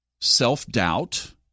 self-doubt